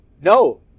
No